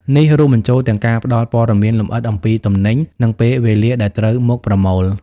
នេះរួមបញ្ចូលទាំងការផ្តល់ព័ត៌មានលម្អិតអំពីទំនិញ និងពេលវេលាដែលត្រូវមកប្រមូល។